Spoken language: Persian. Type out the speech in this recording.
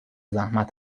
زحمت